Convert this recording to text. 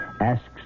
asks